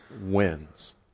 wins